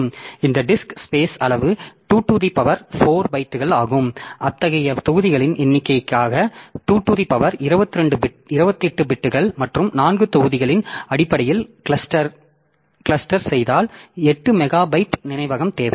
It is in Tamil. இந்த டிஸ்க் ஸ்பேஸ் அளவு 2 டூ தி பவர் 4 பைட்டுக்கு ஆகும் அத்தகைய தொகுதிகளின் எண்ணிக்கையாக 2 டூ தி பவர் 28 பிட்கள் மற்றும் 4 தொகுதிகளின் அடிப்படையில் கிளஸ்ட்டர் செய்தால் 8 மெகாபைட் நினைவகம் தேவை